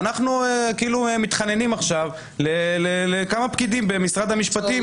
ואנחנו כאילו מתחננים עכשיו לכמה פקידים במשרד המשפטים --- לא,